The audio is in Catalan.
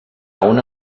una